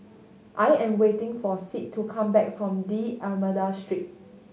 I am waiting for Sid to come back from D'Almeida Street